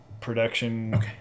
production